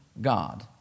God